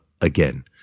again